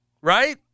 right